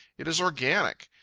it is organic.